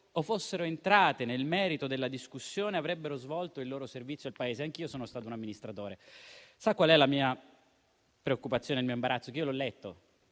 o fossero entrate nel merito della discussione, avrebbero svolto il loro servizio al Paese. Anch'io sono stato un amministratore e la mia preoccupazione e il mio imbarazzo nascono dal fatto